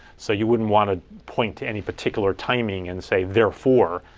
so you wouldn't want to point to any particular timing and say, therefore,